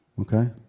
Okay